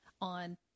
on